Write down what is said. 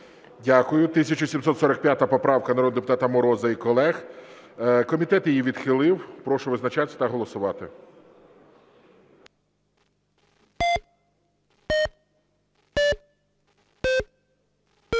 Дякую. 1745 поправка народного депутата Мороза і колег. Комітет її відхилив. Прошу визначатись та голосувати.